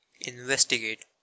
Investigate